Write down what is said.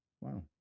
Wow